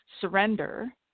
surrender